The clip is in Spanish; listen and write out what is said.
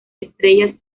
estrellas